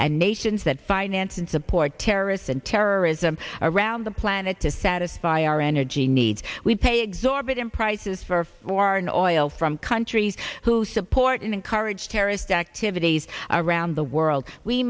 and nations that financed and support terrorists and terrorism around the planet to satisfy our energy needs we pay exorbitant prices for foreign oil from countries who support and encourage terrorist activities around the world we